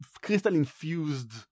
crystal-infused